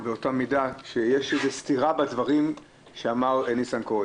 באותה מידה שיש איזו הסתירה בדברים שאמר ניסנקורן.